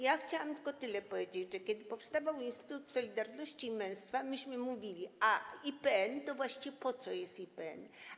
Ja chciałam tylko tyle powiedzieć, że kiedy powstawał Instytut Solidarności i Męstwa, myśmy mówili: A IPN, to właśnie po co jest IPN?